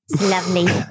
lovely